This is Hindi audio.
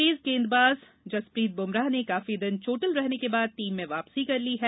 तेज गेदबाज जसप्रीत बुमराह ने काफी दिन चोटिल रहने के बाद टीम में वापसी कर ली है